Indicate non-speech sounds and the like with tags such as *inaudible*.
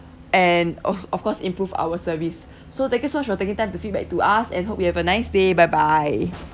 and of *laughs* of course improve our service *breath* so thank you so much for taking time to feedback to us and hope you have a nice day bye bye